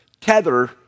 tether